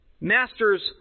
master's